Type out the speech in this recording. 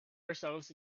ourselves